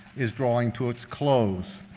is drawing to its close.